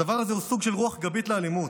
הדבר הזה הוא סוג של רוח גבית לאלימות.